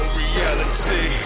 reality